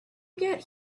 get